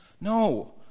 No